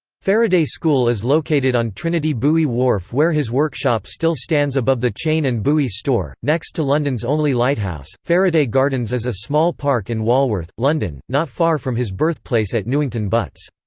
faraday school is located on trinity buoy wharf where his workshop still stands above the chain and buoy store, next to london's only lighthouse faraday gardens is a small park in walworth, london, not far from his birthplace at newington butts.